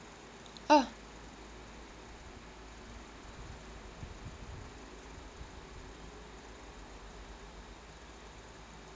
oh